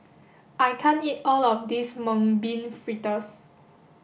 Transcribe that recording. I can't eat all of this mung bean fritters